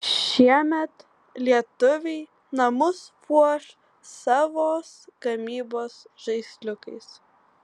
šiemet lietuviai namus puoš savos gamybos žaisliukais